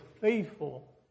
faithful